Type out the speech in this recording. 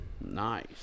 Nice